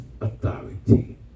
authority